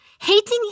Hating